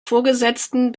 vorgesetzten